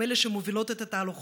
הן אלה שמובילות את התהלוכות,